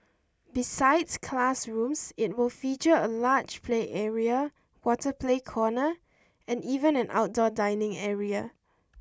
besides classrooms it will feature a large play area water play corner and even an outdoor dining area